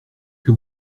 que